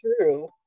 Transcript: true